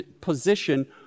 position